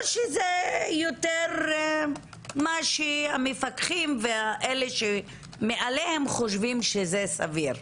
או שזה יותר מה שהמפקחים ואלה שמעליהם חושבים שזה סביר?